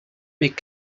make